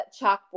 chalkboard